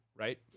right